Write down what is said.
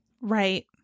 Right